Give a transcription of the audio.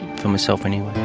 for myself anyway.